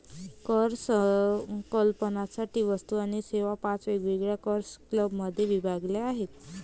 कर संकलनासाठी वस्तू आणि सेवा पाच वेगवेगळ्या कर स्लॅबमध्ये विभागल्या आहेत